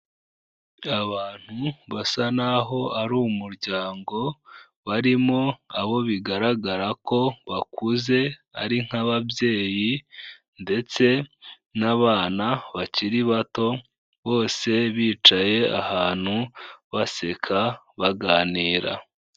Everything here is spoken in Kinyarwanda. Abantu basa n'aho ari umuryango, barimo abo bigaragara ko bakuze ari nk'ababyeyi ndetse n'abana bakiri bato, bose bicaye ahantu baseka, baganira.